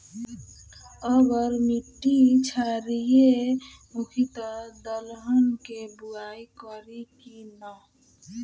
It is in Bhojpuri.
अगर मिट्टी क्षारीय होखे त दलहन के बुआई करी की न?